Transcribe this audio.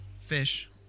fish